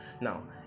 Now